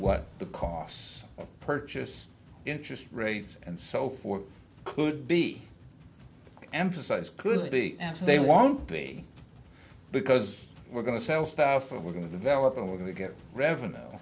what the costs of purchase interest rates and so forth could be emphasized could be and they won't be because we're going to sell stuff and we're going to develop and we're going to get revenue